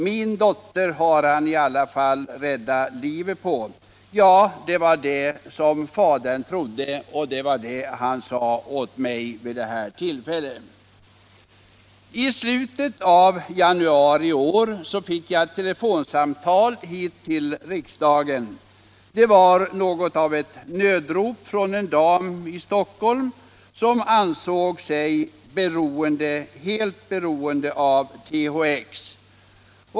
Min dotter har han i alla fall räddat livet på”, sade denne fader till mig. I slutet av januari i år fick jag ett telefonsamtal här på riksdagen. Det var något av ett nödrop från en dam i Stockholm som ansåg sig helt beroende av THX.